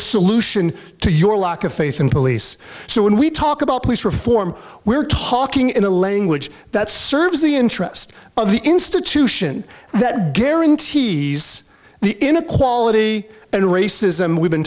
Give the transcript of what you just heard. solution to your lack of faith from police so when we talk about police reform we're talking in the language that serves the interest of the institution that guarantees the inequality and racism we've been